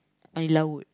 main laut